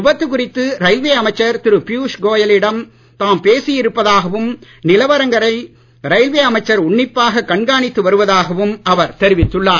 விபத்து குறித்து ரயில்வே அமைச்சர் திரு பியூஷ் கோயலிடம் தாம் பேசி இருப்பதாகவும் நிலவரங்களை ரயில்வே அமைச்சர் உன்னிப்பாக கண்காணித்து வருவதாகவும் அவர் தெரிவித்துள்ளார்